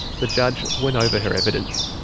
the judge went over her evidence.